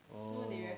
oh